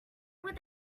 would